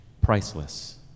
priceless